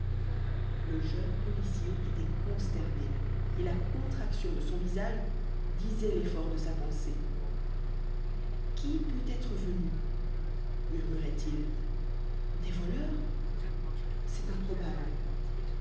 le jeune policier était consterné et la contraction de son visage disait l'effort de sa pensée qui peut être venu murmurait-il des voleurs c'est improbable